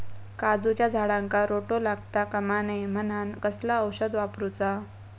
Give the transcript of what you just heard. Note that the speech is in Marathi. काजूच्या झाडांका रोटो लागता कमा नये म्हनान कसला औषध वापरूचा?